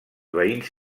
veïns